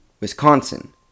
Wisconsin